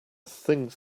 things